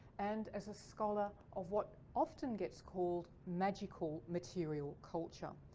and as a scholar of what often gets called magical material culture.